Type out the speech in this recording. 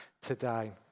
today